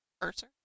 Cursor